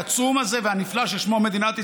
העצום הזה והנפלא ששמו מדינת ישראל?